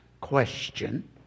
question